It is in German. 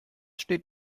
steht